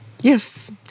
Yes